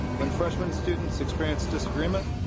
when freshmen students experience disagreement,